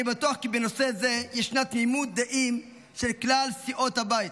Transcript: אני בטוח כי בנושא זה ישנה תמימות דעים של כלל סיעות הבית,